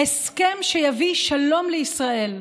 "הסכם שיביא שלום לישראל.